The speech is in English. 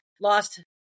lost